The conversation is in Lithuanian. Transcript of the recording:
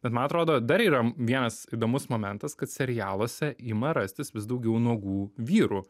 bet man atrodo dar yra vienas įdomus momentas kad serialuose ima rastis vis daugiau nuogų vyrų